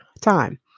time